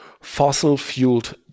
fossil-fueled